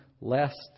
lest